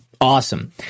Awesome